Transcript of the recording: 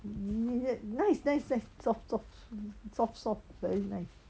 um nice nice nice soft soft soft soft very nice